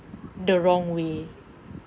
the wrong way